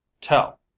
Tell